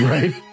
Right